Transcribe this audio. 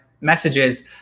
messages